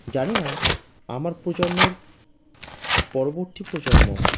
জানি না আমার প্রজন্মের পরবর্তী প্রজন্ম